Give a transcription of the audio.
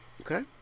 Okay